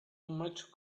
much